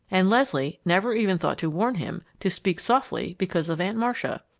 and leslie never even thought to warn him to speak softly because of aunt marcia!